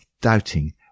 doubting